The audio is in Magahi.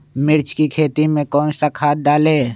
मिर्च की खेती में कौन सा खाद डालें?